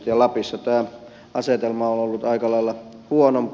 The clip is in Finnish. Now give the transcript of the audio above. lapissa tämä asetelma on ollut aika lailla huonompi